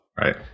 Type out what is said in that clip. Right